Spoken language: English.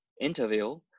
interview